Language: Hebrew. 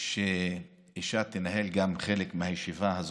שאישה תנהל חלק מהישיבה הזאת,